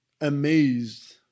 amazed